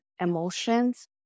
emotions